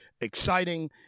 exciting